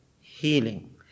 healing